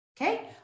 okay